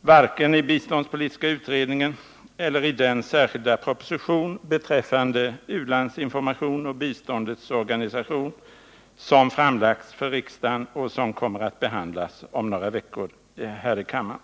varken i biståndspolitiska utredningen eller i den särskilda proposition beträffande u-landsinformation och biståndets organisation som framlagts för riksdagen och som kommer att behandlas om några veckor här i kammaren.